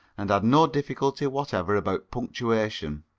and had no difficulty whatever about punctuation.